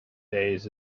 days